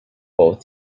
both